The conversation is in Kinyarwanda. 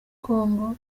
kongo